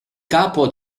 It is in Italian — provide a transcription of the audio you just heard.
capo